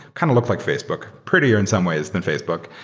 kind of look like facebook. prettier in some ways than facebook,